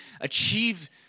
achieve